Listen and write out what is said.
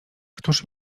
któż